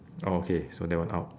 oh okay so that one out